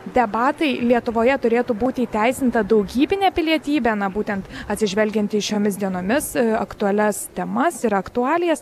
debatai lietuvoje turėtų būti įteisinta daugybinė pilietybė na būtent atsižvelgiant į šiomis dienomis aktualias temas ir aktualijas